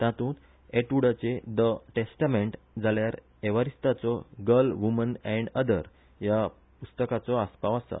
तातूंत एटवुडाचे the testament जाल्यार एवारीस्तोचे गर्ल वुमन ॲण्ड अदर ह्या पुस्तकाचो आसपाव आसा